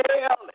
hell